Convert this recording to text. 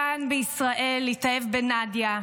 כאן בישראל התאהב בנדיה,